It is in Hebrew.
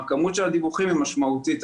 הכמות של הדיווחים היא משמעותית.